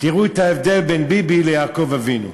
תראו את ההבדל בין ביבי ליעקב אבינו: